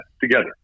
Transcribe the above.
together